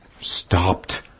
stopped